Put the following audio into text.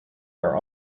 are